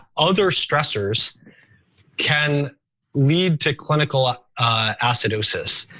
other stressors can lead to clinical ah acidosis.